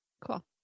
Cool